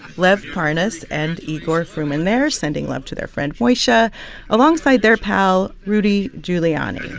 lev parnas and igor fruman there sending love to their friend moshe alongside their pal rudy giuliani